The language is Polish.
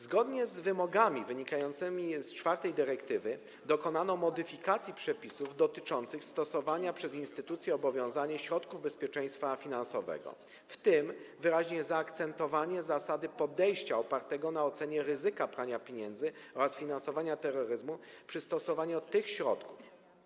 Zgodnie z wymogami wynikającymi z czwartej dyrektywy dokonano modyfikacji przepisów dotyczących stosowania przez instytucje obowiązane środków bezpieczeństwa finansowego, w tym wyraźnie zaakcentowano zasady podejścia opartego na ocenie ryzyka prania pieniędzy oraz finansowania terroryzmu przy stosowaniu tych środków.